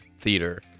theater